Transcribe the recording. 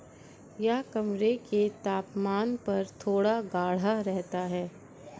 यह कमरे के तापमान पर थोड़ा गाढ़ा रहता है